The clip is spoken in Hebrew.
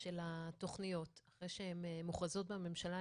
של התכניות אחרי שהן מוכרזות בממשלה,